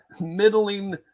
middling